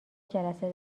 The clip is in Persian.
جلسه